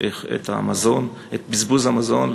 בזבוז המזון.